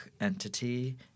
entity